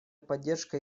поддержка